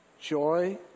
Joy